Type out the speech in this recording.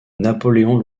napoléon